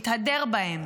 מתהדר בהם.